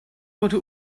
wurde